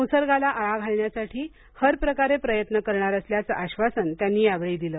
संसर्गाला आळा घालण्यासाठी हरप्रकारे प्रयत्न करणार असल्याचं आश्वासन त्यांनी यावेळी दिलं